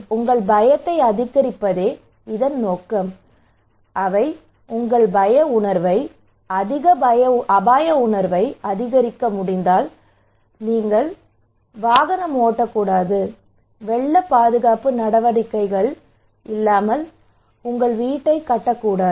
உங்கள் பயத்தை அதிகரிப்பதே இதன் நோக்கம் அவை உங்கள் பய உணர்வை அதிக அபாய உணர்வை அதிகரிக்க முடிந்தால் நீங்கள் சொறி வாகனம் ஓட்டக்கூடாது வெள்ள பாதுகாப்பு நடவடிக்கைகள் இல்லாமல் உங்கள் வீட்டைக் கட்டக்கூடாது